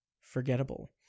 forgettable